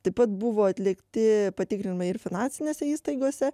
taip pat buvo atlikti patikrinimai ir finansinėse įstaigose